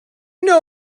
know